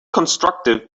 constructive